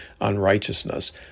unrighteousness